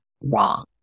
wrong